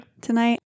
tonight